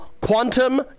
quantum